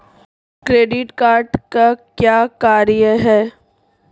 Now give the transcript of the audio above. Credit card का क्या कार्य है?